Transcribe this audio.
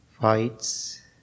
fights